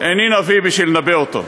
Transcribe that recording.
איני נביא בשביל לנבא אותו.